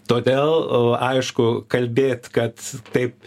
todėl aišku kalbėt kad taip